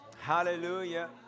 hallelujah